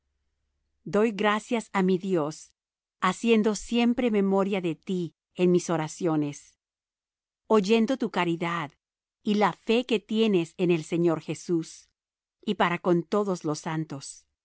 doy gracias á mi dios haciendo siempre memoria de ti en mis oraciones oyendo tu caridad y la fe que tienes en el señor jesús y para con todos los santos